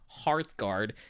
Hearthguard